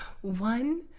One